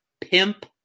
pimp